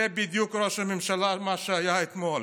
זה בדיוק, ראש הממשלה, מה שהיה אתמול.